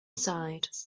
side